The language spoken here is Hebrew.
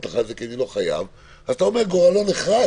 כי הוא לא חייב אז אתה אומר שגורלו נחרץ?